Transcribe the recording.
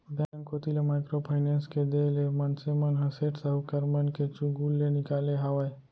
bank कोती ले micro finance के देय ले मनसे मन ह सेठ साहूकार मन के चुगूल ले निकाले हावय